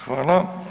Hvala.